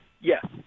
Yes